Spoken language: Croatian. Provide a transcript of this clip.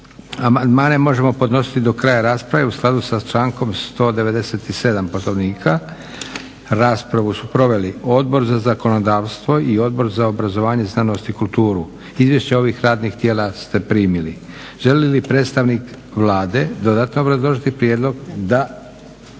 se mogu podnositi do kraja rasprave u skladu s člankom 197. Poslovnika. Raspravu su proveli Odbor za zakonodavstvo i Odbor za obrazovanje, znanost i kulturu. Izvješća ovih radnih tijela ste primili. Želi li predstavnik Vlade dodatno obrazložiti prijedlog? Da.